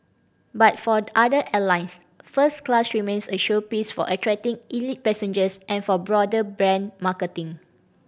but for other airlines first class remains a showpiece for attracting elite passengers and for broader brand marketing